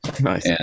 Nice